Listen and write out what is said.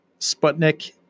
Sputnik